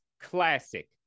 classic